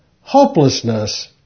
hopelessness